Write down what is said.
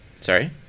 Sorry